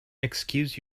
excuse